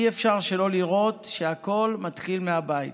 אי-אפשר שלא לראות שהכול מתחיל מהבית.